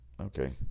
Okay